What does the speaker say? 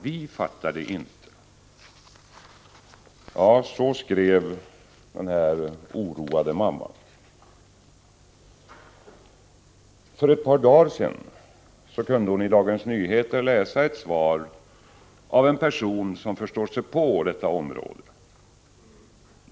Vi fattar det inte!” Så skrev den oroade mamman. För ett par dagar sedan kunde hon i Dagens Nyheter läsa ett svar av en person som förstår sig på detta område.